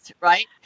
right